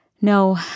No